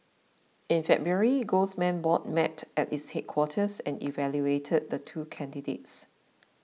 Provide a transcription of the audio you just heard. in February golds man board met at its headquarters and evaluated the two candidates